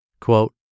Quote